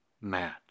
match